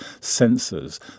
sensors